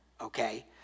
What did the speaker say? okay